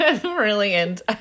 Brilliant